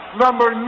number